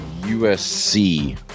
USC